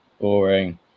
Boring